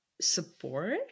support